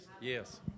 Yes